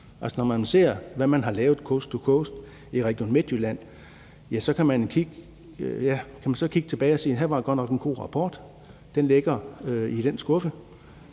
Når man ser, hvad man har lavet coast to coast i Region Midtjylland, skal man så bare kigge tilbage og sige, at her var der godt nok en god rapport, og at den ligger i en skuffe?